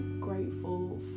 grateful